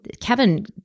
Kevin